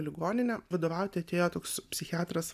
ligonine vadovauti atėjo toks psichiatras